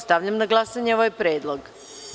Stavljam na glasanje ovaj predlog.